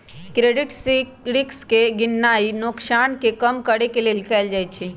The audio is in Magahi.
क्रेडिट रिस्क के गीणनाइ नोकसान के कम करेके लेल कएल जाइ छइ